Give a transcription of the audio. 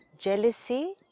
Jealousy